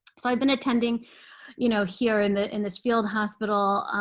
so i've been attending you know here in in this field hospital.